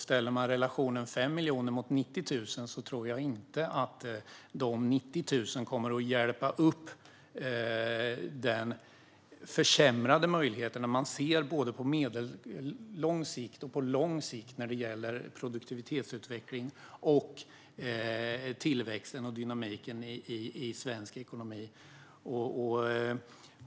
Ställer man 5 miljoner mot 90 000 tycker jag att det blir tydligt att de 90 000 inte kommer att hjälpa upp den försämrade möjlighet man ser både på lång och på medellång sikt när det gäller produktivitetsutveckling och tillväxten och dynamiken i svensk ekonomi.